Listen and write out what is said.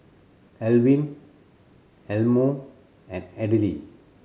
Alwin Elmo and Adele